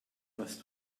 was